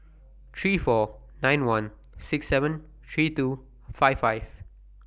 three four nine one six seven three two five five